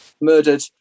murdered